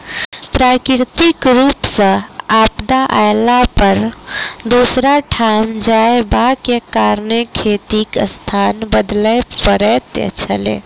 प्राकृतिक रूप सॅ आपदा अयला पर दोसर ठाम जायबाक कारणेँ खेतीक स्थान बदलय पड़ैत छलै